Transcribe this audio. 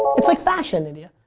it's like fashion, india.